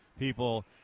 People